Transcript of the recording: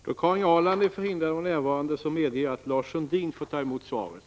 Då Karin Ahrland är förhindrad att vara närvarande, medger jag att Lars Sundin får ta emot svaret.